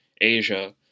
Asia